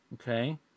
okay